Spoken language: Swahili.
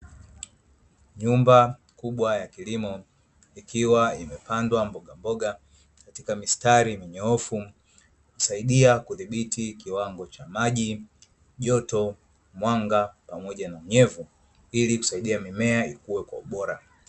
Nyumba kubwa ya kilimo ikiwa imepandwa mbogamboga katika mistari minyoofu. Husaidia kudhibiti kiwango cha maji, joto, mwanga, pamoja na unyevu; ili kusaidia mimea ikue kwa ubora.